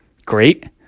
great